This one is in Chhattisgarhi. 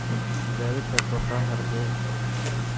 जैविकतत्व का हर ए?